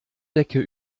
decke